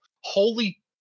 holy